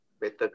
better